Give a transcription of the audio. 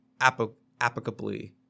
applicably